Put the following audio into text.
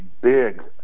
big